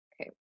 Okay